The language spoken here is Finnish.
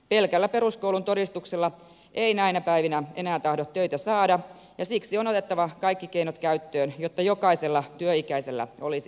pelkällä peruskoulun todistuksella ei näinä päivinä enää tahdo töitä saada ja siksi on otettava kaikki keinot käyttöön jotta jokaisella työikäisellä olisi ammatti